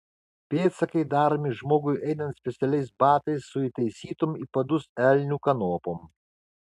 pėdsakai daromi žmogui einant specialiais batais su įtaisytom į padus elnių kanopom